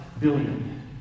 billion